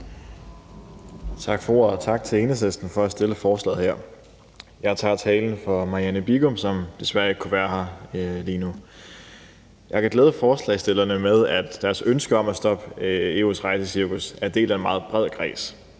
Tak for ordet, og tak til Enhedslisten for at fremsætte forslaget her. Jeg tager talen for Marianne Bigum, som desværre ikke kunne være her lige nu. Jeg kan glæde forslagsstillerne med, at deres ønske om at stoppe EU's rejsecirkus er en del af en meget bred kreds.